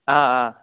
آ آ